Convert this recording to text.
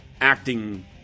acting